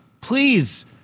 please